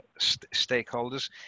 stakeholders